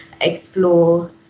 explore